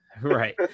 right